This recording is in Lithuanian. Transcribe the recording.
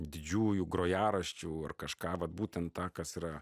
didžiųjų grojaraščių ar kažką vat būtent tą kas yra